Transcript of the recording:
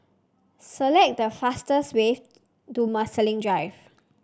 select the fastest way to Marsiling Drive